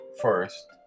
first